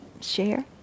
share